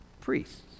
Priests